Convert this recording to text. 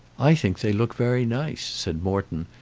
i think they look very nice, said morton,